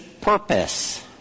purpose